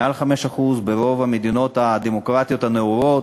מעל 5% ברוב המדינות הדמוקרטיות הנאורות,